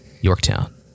Yorktown